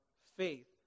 faith